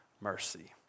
mercy